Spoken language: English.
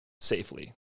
safely